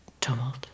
tumult